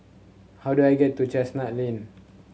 how do I get to Chestnut Lane